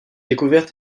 découvertes